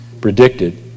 predicted